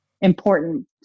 important